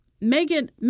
Megan